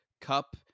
Cup